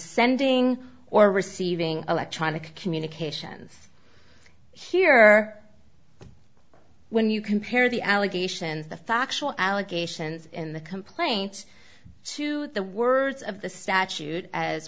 sending or receiving electronic communications here when you compare the allegations the factual allegations in the complaint to the words of the statute as